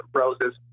roses